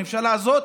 הממשלה הזאת,